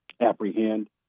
apprehend